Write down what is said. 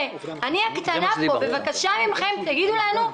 בנוסף על הדרישה לדיווח,